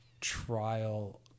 trial